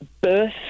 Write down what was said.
birth